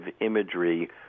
imagery –